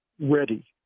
ready